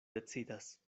decidas